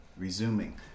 resuming